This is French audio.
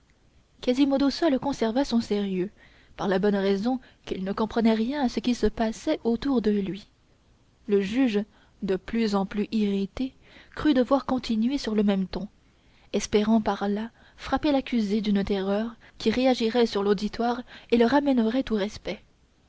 quasimodo seul conserva son sérieux par la bonne raison qu'il ne comprenait rien à ce qui se passait autour de lui le juge de plus en plus irrité crut devoir continuer sur le même ton espérant par là frapper l'accusé d'une terreur qui réagirait sur l'auditoire et le ramènerait au respect